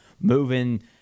moving